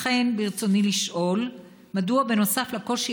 לכן ברצוני לשאול: מדוע בנוסף לקושי